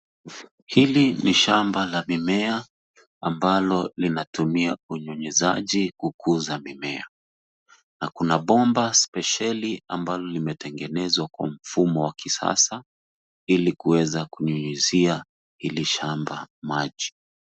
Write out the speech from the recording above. Hili ni shamba la mimea ambalo linatumia unyunyuziaji kukuza mimea na kuna bomba spesheli ambalo limetengenezwa kwa mfumo wa kisasa ili kuweza kunyunyuzia hili shamba maji.